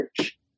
church